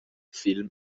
film